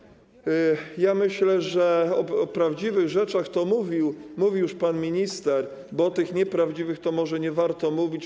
Ja myślę, że o prawdziwych rzeczach to mówił już pan minister, bo o tych nieprawdziwych może nie warto mówić.